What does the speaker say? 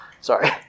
sorry